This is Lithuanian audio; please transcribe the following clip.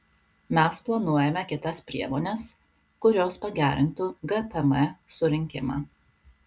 mes planuojame kitas priemones kurios pagerintų gpm surinkimą